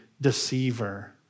deceiver